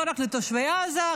לא רק לתושבי עזה,